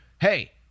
Hey